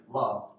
love